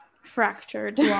fractured